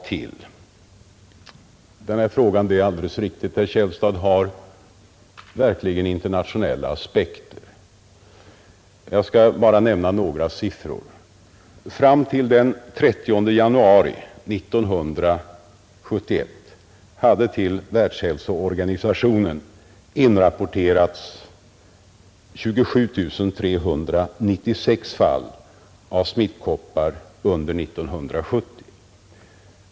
Denna fråga har verkligen — det är alldeles riktigt, herr Källstad — internationella aspekter. Jag skall bara nämna några siffror. Fram till den 30 januari 1971 hade till Världshälsoorganisationen inrapporterats 27 396 fall av smittkoppor under 1970.